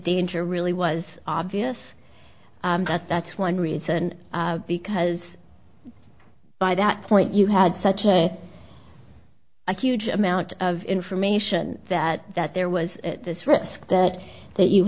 danger really was obvious that that's one reason because by that point you had such a huge amount of information that there was this risk that that you